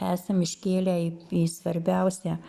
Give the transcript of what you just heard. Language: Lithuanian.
esam iškėlę į į svarbiausią